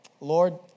Lord